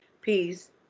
peace